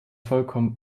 vollkommen